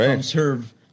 serve